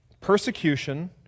persecution